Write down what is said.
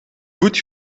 goed